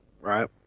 Right